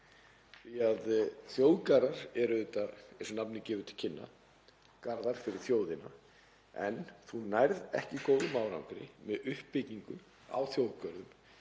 því að þjóðgarðar eru auðvitað, eins og nafnið gefur til kynna, garður fyrir þjóðina. En þú nærð ekki góðum árangri með uppbyggingu á þjóðgörðum